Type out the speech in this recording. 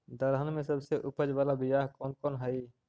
दलहन में सबसे उपज बाला बियाह कौन कौन हइ?